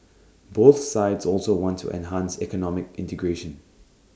both sides also want to enhance economic integration